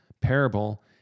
parable